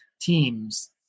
teams